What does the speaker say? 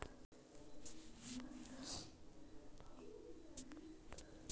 ಜೋಳವು ಯಾವ ಪ್ರಭೇದಕ್ಕ ಸೇರ್ತದ ರೇ?